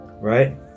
right